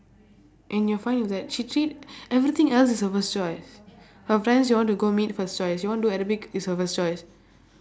and you're fine with that she treat everything else is her first choice her friends she want to go meet first choice she want do arabic is her first choice